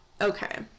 okay